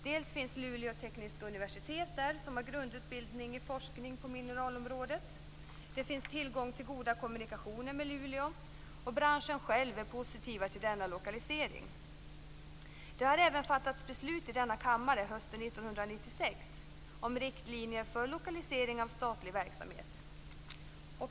Där finns Luleå tekniska universitet som har grundutbildning i forskning på mineralområdet, det finns tillgång till goda kommunikationer med Luleå och branschen själv är positiv till denna lokalisering. Det har även fattats beslut i denna kammare hösten 1996 om riktlinjer för lokalisering av statlig verksamhet.